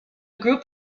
group